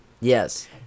Yes